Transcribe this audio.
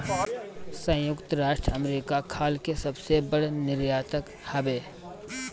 संयुक्त राज्य अमेरिका खाल के सबसे बड़ निर्यातक हवे